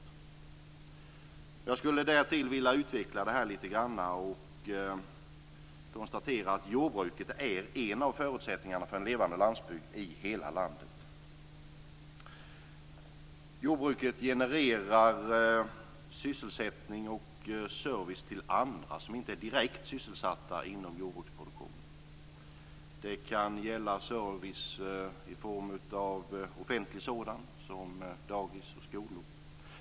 Jag skulle därtill vilja utveckla det här lite grann och konstatera att jordbruket är en av förutsättningarna för en levande landsbygd i hela landet. Jordbruket genererar sysselsättning och service till andra, sådana som inte är direkt sysselsatta inom jordbruksproduktionen. Det kan gälla offentlig service i form av sådant som dagis och skolor.